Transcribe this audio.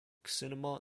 cinema